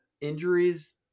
injuries